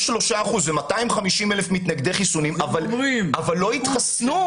יש 3 אחוזים שהם 250 אלף מתנגדי חיסונים אבל 5 מיליון אנשים לא התחסנו.